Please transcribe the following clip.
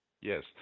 yes